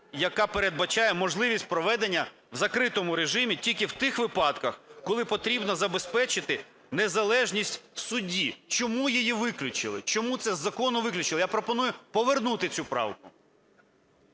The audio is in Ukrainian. яка передбачає можливість проведення в закритому режимі тільки в тих випадках, коли потрібно забезпечити незалежність в суді. Чому її виключили? Чому це з закону виключили? Я пропоную повернути цю правку.